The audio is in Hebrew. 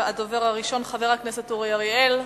הדובר הראשון, חבר הכנסת אורי אריאל,